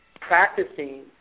practicing